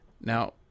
Now